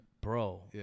Bro